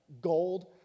gold